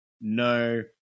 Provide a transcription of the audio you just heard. No